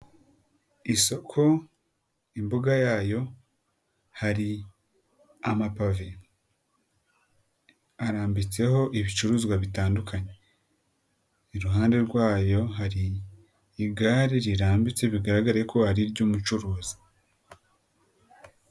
Isoko imbuga yayo hari amapave arambitseho ibicuruzwa bitandukanye, iruhande rwayo hari igare rirambitse bigaraga ko ari iry'umucuruzi.